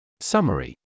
Summary